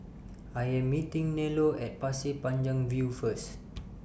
I Am meeting Nello At Pasir Panjang View First